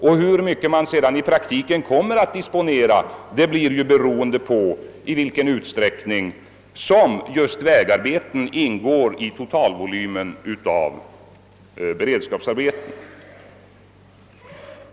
Och hur mycket man i praktiken kommer att disponera blir beroende på i vilken utsträckning som just vägarbeten ingår i totalvolymen av beredskapsarbeten.